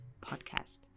podcast